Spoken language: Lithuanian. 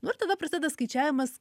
nu ir tada prasideda skaičiavimas